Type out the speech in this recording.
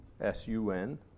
S-U-N